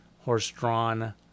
horse-drawn